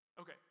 Okay